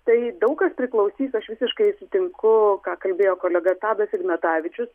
tai daug kas priklausys aš visiškai sutinku ką kalbėjo kolega tadas ignatavičius